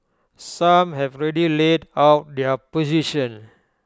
some have already laid out their position